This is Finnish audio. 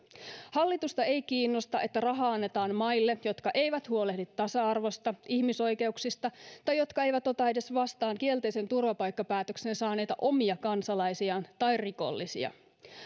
hallitusta ei kiinnosta että rahaa annetaan maille jotka eivät huolehdi tasa arvosta ihmisoikeuksista tai jotka eivät ota edes vastaan kielteisen turvapaikkapäätöksen saaneita omia kansalaisiaan tai rikollisia